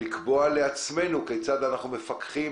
לקבוע בעצמנו כיצד אנחנו מפקחים,